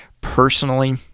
personally